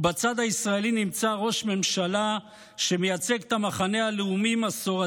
ובצד הישראלי נמצא ראש ממשלה שמייצג את המחנה הלאומי-מסורתי-יהודי,